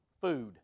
Food